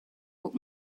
what